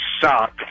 suck